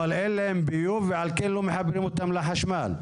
אבל אין להם ביוב ועל כן לא מחברים אותם לחשמל.